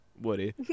Woody